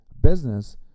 business